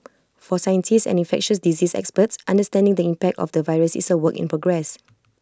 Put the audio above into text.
for scientists and infectious diseases experts understanding the impact of the virus is A work in progress